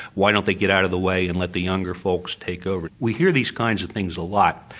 why don't they get out of the way and let the younger folks take over? we hear these kinds of things a lot.